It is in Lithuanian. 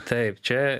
taip čia